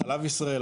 חלב ישראל,